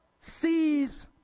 sees